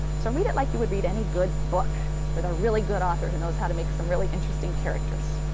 so read it like you would read any good book with a really good author who knows how to make some really interesting characters.